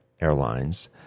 airlines